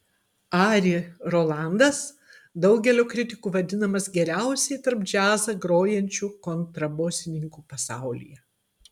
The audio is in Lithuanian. ari rolandas daugelio kritikų vadinamas geriausiai taip džiazą grojančiu kontrabosininku pasaulyje